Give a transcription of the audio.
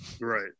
right